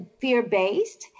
fear-based